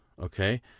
okay